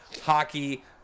hockey